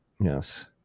Yes